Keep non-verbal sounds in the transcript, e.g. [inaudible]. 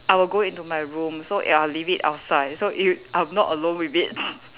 I will go into my room so I'll leave it outside so if I'm not alone with it [noise]